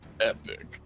epic